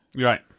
Right